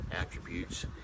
attributes